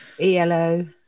ELO